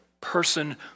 person